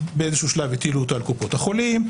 באיזשהו שלב הטילו אותה על קופות החולים,